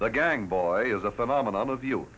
the gang boy is a phenomenon of